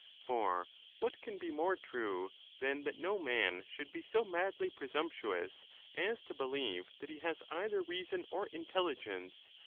for what can be more true than that no man should be so madly persumptuous as to believe that he has either reason or intelligence,